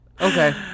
Okay